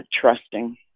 trusting